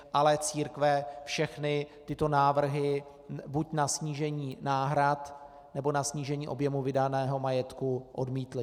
Ale církve všechny tyto návrhy buď na snížení náhrad, nebo na snížení objemu vydaného majetku odmítly.